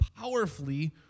powerfully